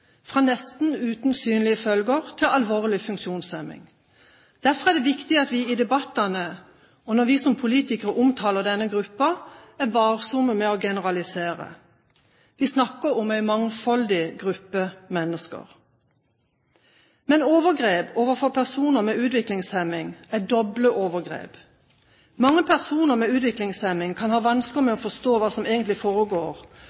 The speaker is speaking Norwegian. fra nesten uten synlige følger til alvorlig funksjonshemming. Derfor er det viktig at vi i debattene og når vi som politikere omtaler denne gruppen, er varsomme med å generalisere. Vi snakker om en mangfoldig gruppe mennesker. Men overgrep overfor personer med utviklingshemming er dobbelt overgrep. Mange personer med utviklingshemming kan ha vansker med å forstå hva som egentlig foregår,